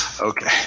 Okay